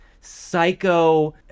psycho